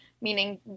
meaning